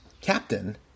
Captain